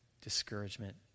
discouragement